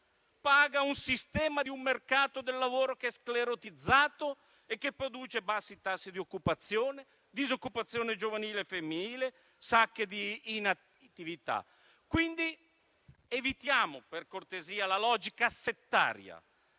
paga un sistema di un mercato del lavoro che è sclerotizzato e che produce bassi tassi di occupazione, disoccupazione giovanile femminile, sacche di inattività. Evitiamo quindi per cortesia la logica settaria,